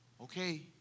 Okay